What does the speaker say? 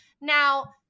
Now